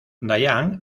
diane